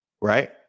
right